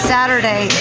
Saturday